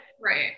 Right